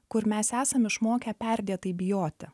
kur mes esam išmokę perdėtai bijoti